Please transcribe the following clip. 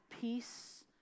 peace